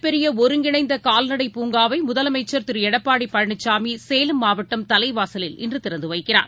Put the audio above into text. பெரியஒருங்கிணைந்தகால்நடைப் மிகப் ஆசியாவின் பூங்காவைமுதலமைச்சர் திரு எடப்பாடிபழனிசாமிசேலம் மாவட்டம் தலைவாசலில் இன்றுதிறந்துவைக்கிறார்